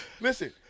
listen